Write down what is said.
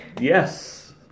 yes